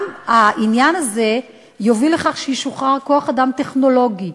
העניין הזה גם יוביל לכך שישוחרר כוח-אדם טכנולוגי.